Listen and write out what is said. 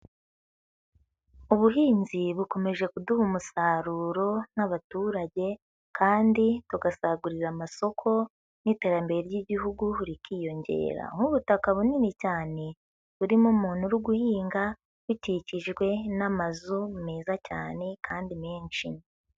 Ubuhinzi bukomeje kuduha umusaruro nk'abaturage kandi tugasagurira amasoko n'iterambere ry'Igihugu rikiyongera nk'ubutaka bunini cyane burimo umuntu uri guhinga bukikijwe n'amazu meza cyane kandi menshi.